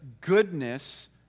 goodness